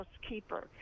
housekeeper